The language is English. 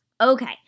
Okay